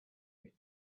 and